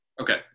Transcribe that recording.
Okay